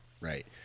Right